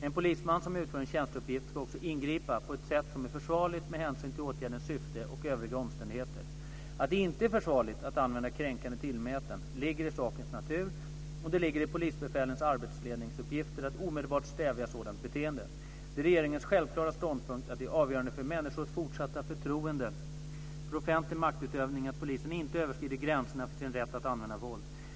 En polisman som utför en tjänsteuppgift ska också ingripa på ett sätt som är försvarligt med hänsyn till åtgärdens syfte och övriga omständigheter. Att det inte är försvarligt att använda kränkande tillmälen ligger i sakens natur och det ligger i polisbefälens arbetsledningsuppgifter att omedelbart stävja sådant beteende. Det är regeringens självklara ståndpunkt att det är avgörande för människors fortsatta förtroende för offentlig maktutövning att polisen inte överskrider gränserna för sin rätt att använda våld.